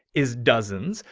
is dozens.